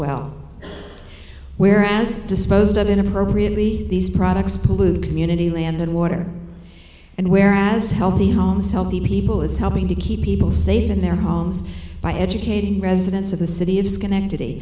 well where as disposed of in appropriately these products pollute community land and water and where as healthy homes healthy people is helping to keep people safe in their homes by educating residents of the city of schenectady